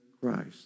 Christ